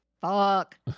Fuck